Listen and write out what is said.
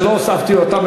שלא הוספתי אותם,